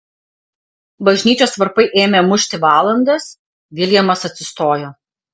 bažnyčios varpai ėmė mušti valandas viljamas atsistojo